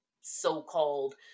so-called